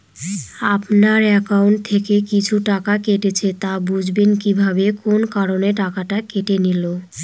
আপনার একাউন্ট থেকে কিছু টাকা কেটেছে তো বুঝবেন কিভাবে কোন কারণে টাকাটা কেটে নিল?